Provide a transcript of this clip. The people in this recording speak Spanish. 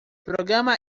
programa